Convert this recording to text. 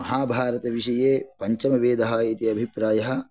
महाभारतविषये पञ्चमोवेदः इति अभिप्रायः